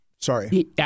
Sorry